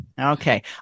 Okay